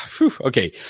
Okay